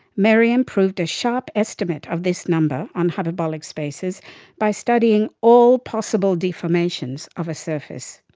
maryam proved a sharp estimate of this number on hyperbolic spaces by studying all possible deformations of a surface.